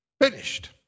finished